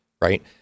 right